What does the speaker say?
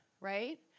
right